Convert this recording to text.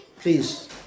Please